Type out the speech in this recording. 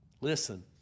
Listen